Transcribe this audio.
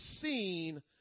seen